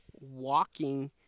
walking